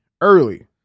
early